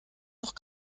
noch